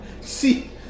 See